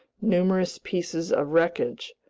numerous pieces of wreckage,